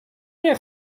nie